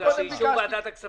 בגלל שזה באישור ועדת הכספים?